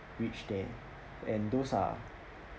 reach there and those are